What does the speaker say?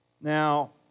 Now